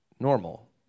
normal